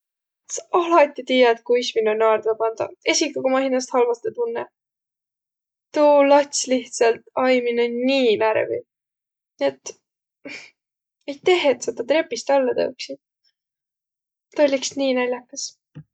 Sa alati tiiät, kuis minno naardma pandaq, esiki ku ma hinnäst halvastõ tunnõ. Tuu lats lihtsält ai minno nii närvi, nii et aiteh, et sa ta trepist alla tõuksit, tuu oll' iks nii nal'akas.